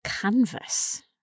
canvas